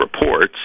reports